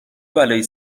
بلایی